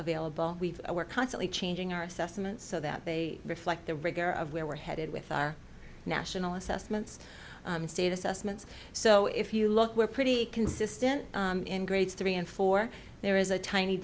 available we've we're constantly changing our assessments so that they reflect the rigor of where we're headed with our national assessments state assessments so if you look we're pretty consistent in grades three and four there is a tiny